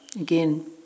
Again